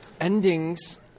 Endings